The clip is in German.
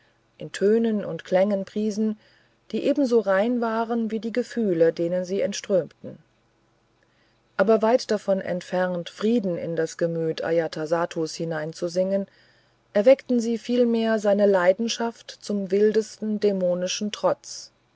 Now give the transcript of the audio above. in tönen und klängen priesen die ebenso rein waren wie die gefühle denen sie entströmten aber weit davon entfernt frieden in das gemüt ajatasattus hineinzusingen erweckten sie vielmehr seine leidenschaft zum wildesten dämonischen trotz